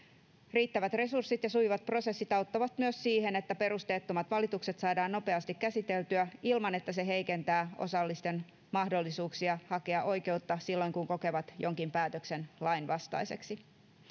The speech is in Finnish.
riittävät resurssit ja sujuvat prosessit auttavat myös siihen että perusteettomat valitukset saadaan nopeasti käsiteltyä ilman että se heikentää osallisten mahdollisuuksia hakea oikeutta silloin kun kokevat jonkin päätöksen lainvastaiseksi